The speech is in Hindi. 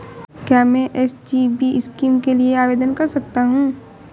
क्या मैं एस.जी.बी स्कीम के लिए आवेदन कर सकता हूँ?